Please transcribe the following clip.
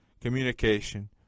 communication